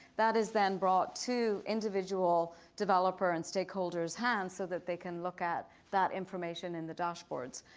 that is then brought to individual developer and stakeholders' hands so that they can look at that information in the dashboards.